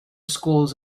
schools